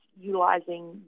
utilizing